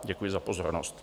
Děkuji za pozornost.